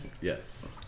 Yes